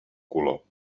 color